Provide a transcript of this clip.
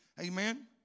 Amen